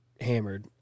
hammered